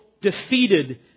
defeated